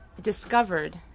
discovered